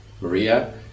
Maria